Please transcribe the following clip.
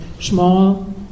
small